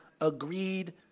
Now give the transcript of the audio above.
agreed